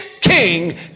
King